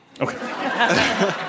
Okay